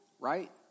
Right